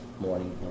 morning